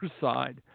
side